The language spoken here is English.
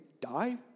die